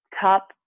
top